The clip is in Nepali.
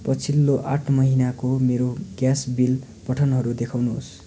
पछिल्लो आठ महिनाको मेरो ग्यास बिल पठनहरू देखाउनुहोस्